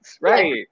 right